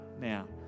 now